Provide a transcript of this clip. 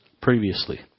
previously